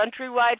Countrywide